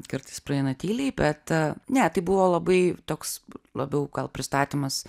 kartais praeina tyliai bet ne tai buvo labai toks labiau gal pristatymas